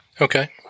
Okay